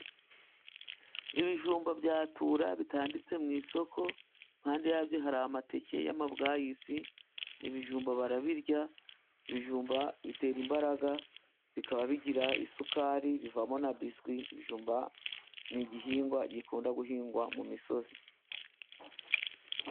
Ibijumba byatura bitanditse mu isoko, mpande yabyo hari amateke y'amabwayisi. Ibijumba barabirya, ibijumba bitera imbaraga, bikaba bigira isukari, bivamo na biswi. Ibijumba ni igihingwa gikunda guhingwa mu misozi.